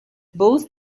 both